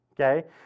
okay